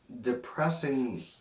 depressing